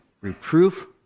reproof